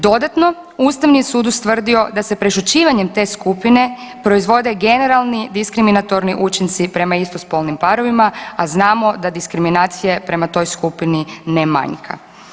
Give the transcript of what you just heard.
Dodatno, Ustavni sud ustvrdio da se prešućivanjem te skupine proizvode generalni, diskriminatorni učinci prema istospolnim parovima, a znamo da diskriminacije prema toj skupini ne manjka.